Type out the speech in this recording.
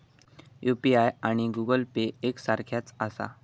UPI आणि Google Pay एक सारख्याच आसा?